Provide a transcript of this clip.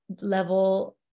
level